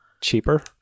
cheaper